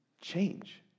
change